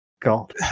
God